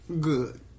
good